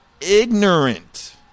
ignorant